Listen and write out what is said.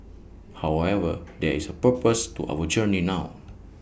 however there is A purpose to our journey now